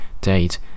date